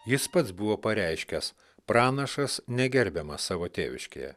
jis pats buvo pareiškęs pranašas negerbiamas savo tėviškėje